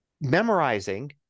memorizing